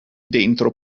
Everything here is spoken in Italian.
dentro